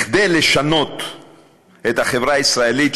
כדי לשנות את החברה הישראלית,